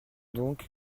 donc